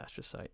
astrocyte